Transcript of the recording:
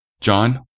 John